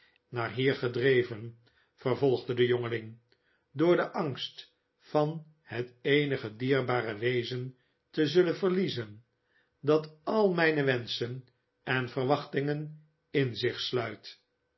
naar hier gedreven vervolgde de jongeling door den angst van het eenige dierbare wezen te zullen verliezen dat al mijne wenschen en verwachtingen in zich sluit